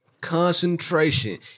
concentration